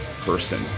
person